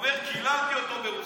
הוא אומר שקיללתי אותו ברוסית.